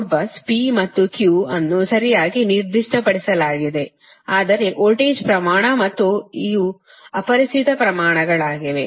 load bus P ಮತ್ತು Q ಅನ್ನು ಸರಿಯಾಗಿ ನಿರ್ದಿಷ್ಟಪಡಿಸಲಾಗಿದೆ ಆದರೆ ವೋಲ್ಟೇಜ್ ಪ್ರಮಾಣ ಮತ್ತು ಇವು ಅಪರಿಚಿತ ಪ್ರಮಾಣಗಳಾಗಿವೆ